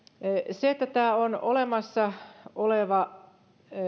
se että tämä on olemassa oleva